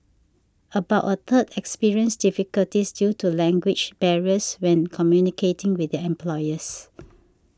about a third experienced difficulties due to language barriers when communicating with their employers